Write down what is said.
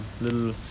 little